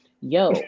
yo